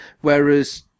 whereas